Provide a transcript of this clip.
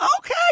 okay